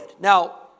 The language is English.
Now